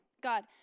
God